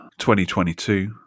2022